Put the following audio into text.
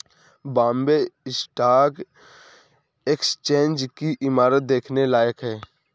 Bombay stock exchange की इमारत देखने लायक है